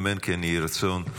אמן כן יהיה רצון.